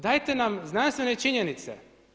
Dajte nam znanstvene činjenice.